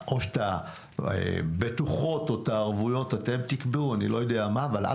את הבטוחות או הערבויות אתם תקבעו אבל אל